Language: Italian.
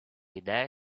idee